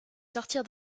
sortir